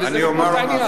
ובזה נגמור את העניין.